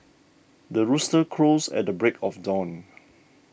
the rooster crows at the break of dawn